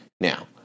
Now